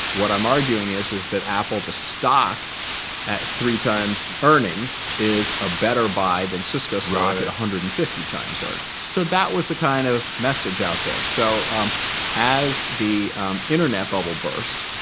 what i'm arguing is, is that apple the stock at three times earnings is a better buy than cisco stock at one hundred and fifty times earnings. so that was the kind of message out there. so as the internet bubble burst,